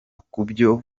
kubyo